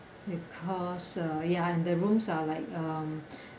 because uh ya the rooms are like um